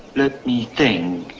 let me think.